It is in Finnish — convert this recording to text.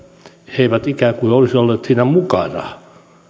eivät ikään kuin olisi olleet siinä mukana